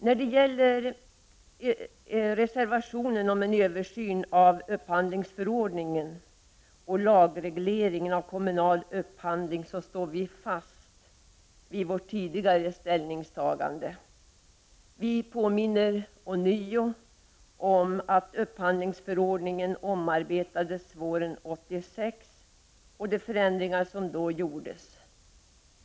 När det gäller reservationen om en översyn av upphandlingsförordningen och lagregleringen av kommunal upphandling står vi i utskottsmdjoriteten fast vid vårt tidigare ställningstagande. Vi påminner ånyo om att upphandlingsförordningen omarbetades våren 1986, och vi påminner om de förändringar som då gjordes.